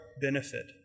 benefit